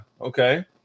okay